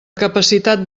capacitat